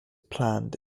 planned